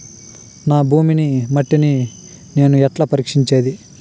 నా భూమి మట్టిని నేను ఎట్లా పరీక్షించేది?